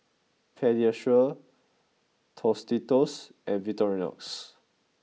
Pediasure Tostitos and Victorinox